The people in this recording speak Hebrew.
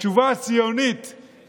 התשובה הציונית לטרור,